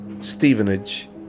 Stevenage